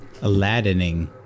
Aladdining